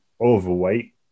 overweight